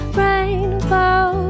rainbow